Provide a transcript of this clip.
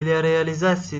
реализации